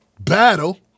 battle